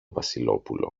βασιλόπουλο